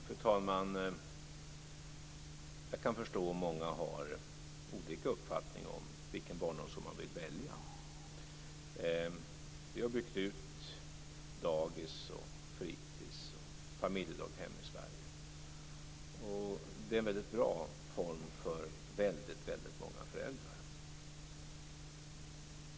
Fru talman! Jag kan förstå om många har olika uppfattning om vilken barnomsorg som man vill välja. Vi har byggt ut dagis, fritis och familjedaghem i Sverige. Det är en väldigt bra form för väldigt många föräldrar.